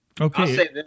Okay